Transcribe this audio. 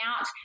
out